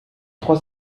trois